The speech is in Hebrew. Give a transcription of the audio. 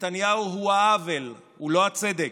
נתניהו הוא העוול, הוא לא הצדק,